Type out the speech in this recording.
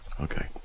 Okay